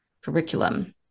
curriculum